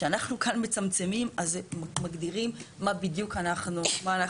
אנחנו כאן מצמצמים ומגדירים מה אנחנו בודקים.